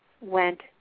went